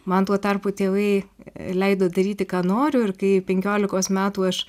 man tuo tarpu tėvai leido daryti ką noriu ir kai penkiolikos metų aš